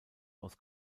aus